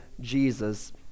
Jesus